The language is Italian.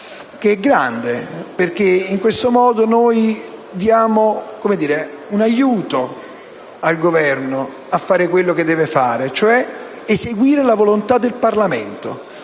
che è grande perché in questo modo noi diamo un aiuto al Governo a fare quello che deve fare, cioè eseguire la volontà del Parlamento.